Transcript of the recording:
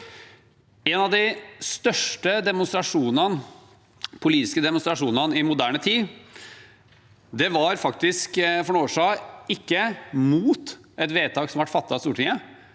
En av de største politiske demonstrasjonene i moderne tid, for noen år siden, var faktisk ikke mot et vedtak som ble fattet av Stortinget;